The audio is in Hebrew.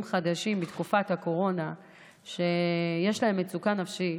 חדשים בתקופת הקורונה שיש להם מצוקה נפשית,